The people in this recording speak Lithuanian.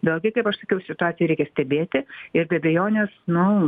vėlgi kaip aš sakiau situaciją reikia stebėti ir be abejonės nu